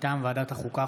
של ועדת החוקה,